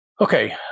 Okay